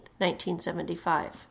1975